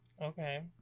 Okay